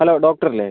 hello doctor അല്ലേ